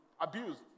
abused